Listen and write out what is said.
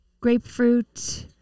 grapefruit